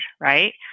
Right